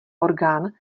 orgán